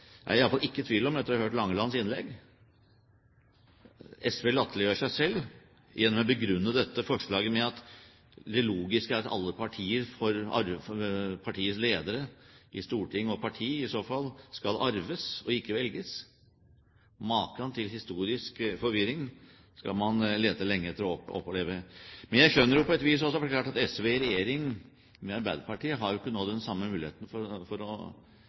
er jeg iallfall ikke i tvil om etter å ha hørt Langelands innlegg. SV latterliggjør seg selv gjennom å begrunne dette forslaget med at det logiske da er at alle verv som ledere i storting og i parti i så fall skal arves og ikke velges. Maken til historisk forvirring skal man lete lenge etter. Men jeg skjønner det jo på et vis også, for det er klart at SV i regjering med Arbeiderpartiet nå ikke har den samme mulighet – for å